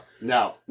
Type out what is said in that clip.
No